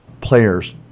players